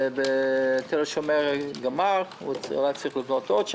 בתל השומר גמר צריך לבנות עוד,